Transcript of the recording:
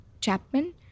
Chapman